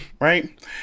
right